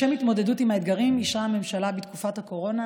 לשם התמודדות עם האתגרים אישרה הממשלה בתקופת הקורונה